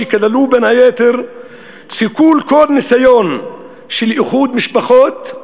שכללו בין היתר סיכול כל ניסיון של איחוד משפחות,